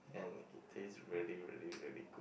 and it taste really really really good